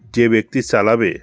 যে ব্যক্তি চালাবে